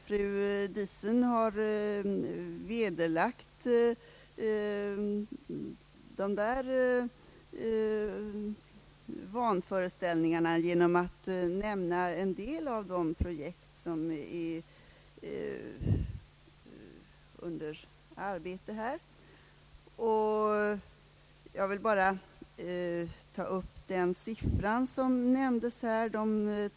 Fru Diesen har vederlagt dessa vanföreställningar genom att nämna en del av de projekt som nu utförs på detta område.